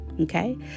Okay